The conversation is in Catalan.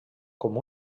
com